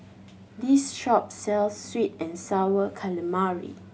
this shop sells sweet and Sour Calamari